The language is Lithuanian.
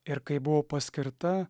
ir kai buvo paskirta